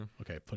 Okay